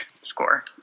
score